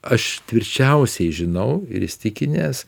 aš tvirčiausiai žinau ir įsitikinęs